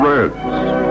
Reds